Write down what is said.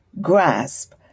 grasp